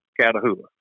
Catahoula